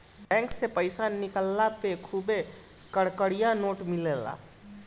bank से पईसा निकलला पे खुबे कड़कड़िया नोट मिलेला